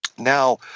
now